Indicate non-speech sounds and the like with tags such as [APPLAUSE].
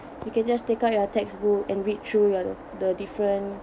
[NOISE] you can just take out your textbook and read through your the different